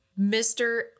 Mr